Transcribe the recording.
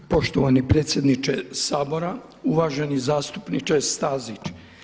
Poštovani predsjedniče Sabora, uvaženi zastupniče Stazić.